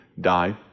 die